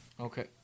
okay